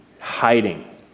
hiding